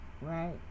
right